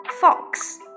Fox